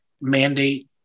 mandate